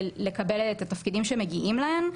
לקבל את התפקידים שמגיעים להם.